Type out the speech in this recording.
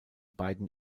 beiden